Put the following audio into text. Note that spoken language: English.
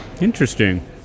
Interesting